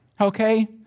Okay